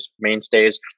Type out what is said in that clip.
mainstays